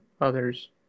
others